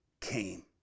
came